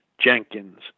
Jenkins